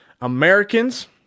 Americans